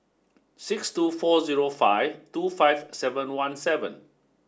six two four zero five two five seven one seven